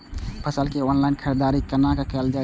फसल के ऑनलाइन खरीददारी केना कायल जाय छै?